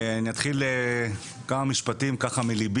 צהריים טובים לכולם, אני אפתח בכמה משפטים מלבי.